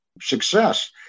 success